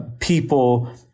people